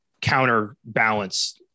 counterbalance